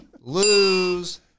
lose